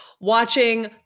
Watching